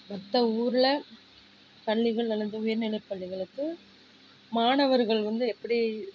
மற்ற ஊரில் பள்ளிகள் அல்லது உயர்நிலை பள்ளிகளுக்கு மாணவர்கள் வந்து எப்படி